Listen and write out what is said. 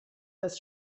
das